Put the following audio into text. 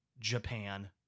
Japan